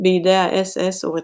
בידי האס־אס ורציחתם.